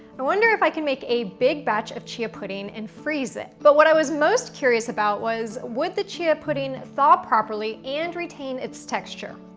i wonder if i can make a big batch of chia pudding and freeze it. but what i was most curious about was, would the chia pudding thaw properly and retain its texture?